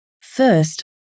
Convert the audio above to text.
First